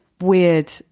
weird